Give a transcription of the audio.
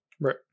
Right